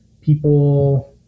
people